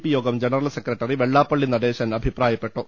P Yogam general secretary Vellappally Natesan അഭിപ്രായപ്പെട്ടു